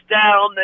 down